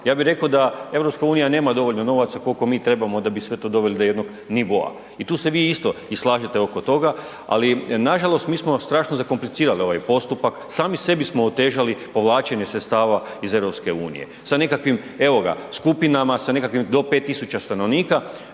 ja bi reko da EU nema dovoljno novaca koliko mi trebamo da bi sve to doveli do jednog nivoa. I tu se vi isto i slažete oko toga, ali nažalost mi smo strašno zakomplicirali ovaj postupak, sami sebi smo otežali povlačenje sredstava iz EU sa nekakvim evo ga skupinama sa nekakvim do 5.000 stanovnika.